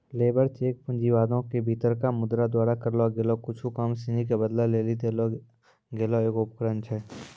labour check पूँजीवादो के भीतरका मुद्रा द्वारा करलो गेलो कुछु काम सिनी के बदलै लेली देलो गेलो एगो उपकरण छै